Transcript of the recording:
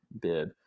bid